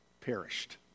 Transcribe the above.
perished